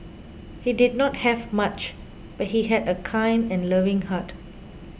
he did not have much but he had a kind and loving heart